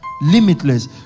limitless